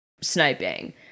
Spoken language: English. sniping